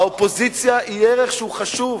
האופוזיציה היא ערך חשוב,